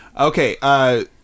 Okay